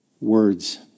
Words